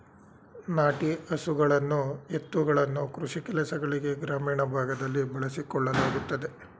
ನಾಟಿ ಹಸುಗಳನ್ನು ಎತ್ತುಗಳನ್ನು ಕೃಷಿ ಕೆಲಸಗಳಿಗೆ ಗ್ರಾಮೀಣ ಭಾಗದಲ್ಲಿ ಬಳಸಿಕೊಳ್ಳಲಾಗುತ್ತದೆ